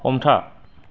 हमथा